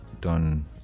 done